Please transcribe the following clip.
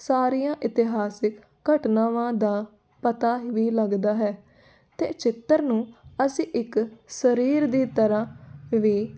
ਸਾਰੀਆਂ ਇਤਿਹਾਸਿਕ ਘਟਨਾਵਾਂ ਦਾ ਪਤਾ ਵੀ ਲੱਗਦਾ ਹੈ ਅਤੇ ਚਿੱਤਰ ਨੂੰ ਅਸੀਂ ਇੱਕ ਸਰੀਰ ਦੀ ਤਰ੍ਹਾਂ ਵੀ